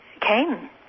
came